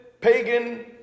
Pagan